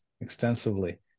extensively